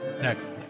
Next